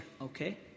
okay